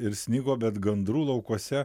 ir snigo bet gandrų laukuose